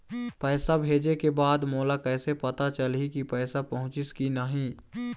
पैसा भेजे के बाद मोला कैसे पता चलही की पैसा पहुंचिस कि नहीं?